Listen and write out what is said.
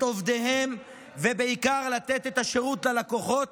את עובדיהם ובעיקר לתת את השירות ללקוחות,